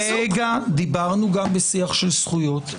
דיברנו גם בשיח של זכויות,